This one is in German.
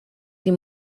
die